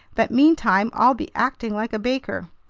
but meantime i'll be acting like a baker!